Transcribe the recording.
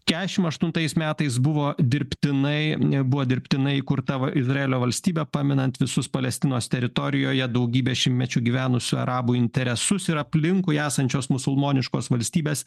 kešim aštuntais metais buvo dirbtinai buvo dirbtinai įkurta izraelio valstybė paminant visus palestinos teritorijoje daugybę šimtmečių gyvenusių arabų interesus ir aplinkui esančios musulmoniškos valstybės